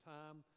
time